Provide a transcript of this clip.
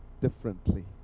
differently